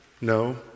No